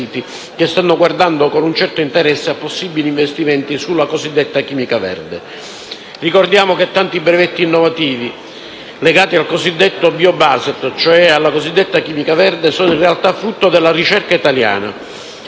che stanno guardando con un certo interesse a possibili investimenti sulla cosiddetta chimica verde. Ricordiamo che tanti brevetti innovativi, legati al cosiddetto *bio-based*, cioè alla cosiddetta chimica verde, sono in realtà frutto della ricerca italiana.